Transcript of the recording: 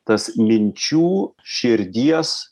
tas minčių širdies